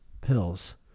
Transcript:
pills